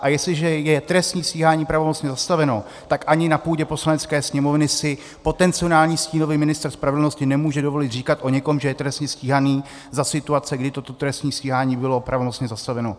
A jestliže je trestní stíhání pravomocně zastaveno, tak ani na půdě Poslanecké sněmovny si potenciální stínový ministr spravedlnosti nemůže dovolit říkat o někom, že je trestně stíhaný, za situace, kdy toto trestní stíhání bylo pravomocně zastaveno.